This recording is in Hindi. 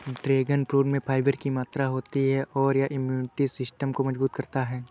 ड्रैगन फ्रूट में फाइबर की मात्रा होती है और यह इम्यूनिटी सिस्टम को मजबूत करता है